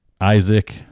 Isaac